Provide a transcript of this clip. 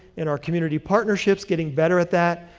in our community partnerships, getting better at that,